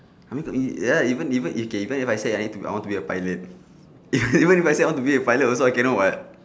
I mean to ev~ ya even even if even if I say I want to be a pilot even if I say I want to be a pilot also I cannot [what]